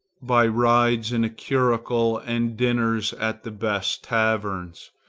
by rides in a curricle and dinners at the best taverns.